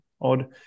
odd